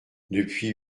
depuis